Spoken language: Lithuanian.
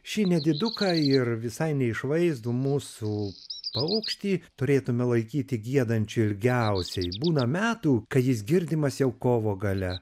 šį nediduką ir visai neišvaizdų mūsų paukštį turėtume laikyti giedančiu ilgiausiai būna metų kai jis girdimas jau kovo gale